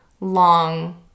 long